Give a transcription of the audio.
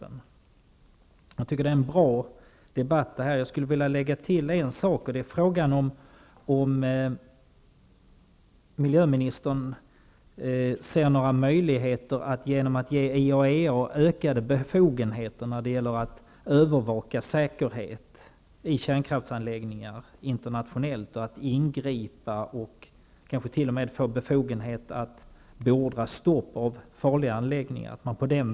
Denna debatt är bra, tycker jag. Jag skulle också vilja lägga till en fråga. Ser miljöministern några möjligheter att att ge IAEA ökade befogenheter när det gäller att internationellt övervaka säkerhet i kärnkraftsanläggningar och på den vägen få en effektivare övervakning med snabbare insatser?